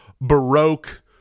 baroque